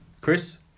Chris